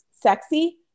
sexy